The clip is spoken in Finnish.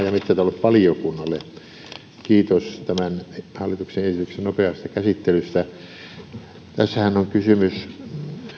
ja metsätalousvaliokunnalle kiitos tämän hallituksen esityksen nopeasta käsittelystä tässähän on kysymys